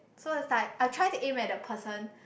so it's like I try to aim at the person